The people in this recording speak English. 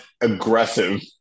aggressive